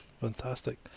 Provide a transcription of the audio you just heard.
fantastic